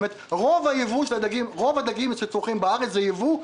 זאת אומרת רוב הדגים שצורכים בארץ הם ייבוא,